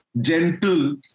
gentle